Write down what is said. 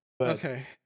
Okay